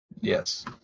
Yes